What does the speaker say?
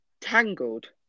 Tangled